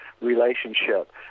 relationship